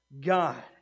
God